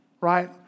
right